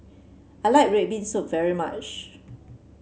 I like red bean soup very much